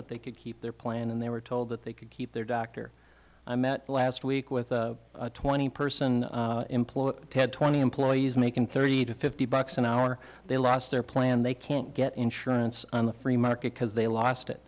that they could keep their plan and they were told that they could keep their doctor i met last week with a twenty person employer had twenty employees making thirty to fifty bucks an hour they lost their plan they can't get insurance on the free market because they lost it